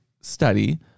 study